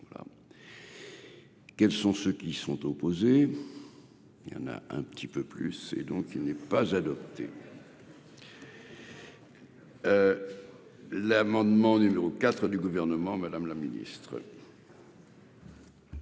quels sont ceux qui sont opposés, il y en a un petit peu plus et donc il n'est pas adopté. L'amendement numéro 4 du gouvernement, Madame la Ministre.